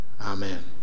Amen